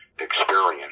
experience